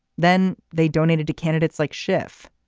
then they donated to candidates like schiff.